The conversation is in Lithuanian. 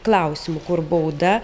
klausimu kur bauda